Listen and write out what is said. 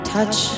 Touch